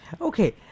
okay